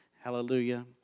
Hallelujah